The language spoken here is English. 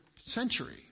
century